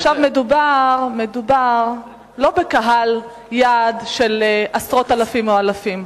לא מדובר בקהל יעד של עשרות אלפים או אלפים.